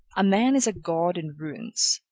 a man is a god in ruins.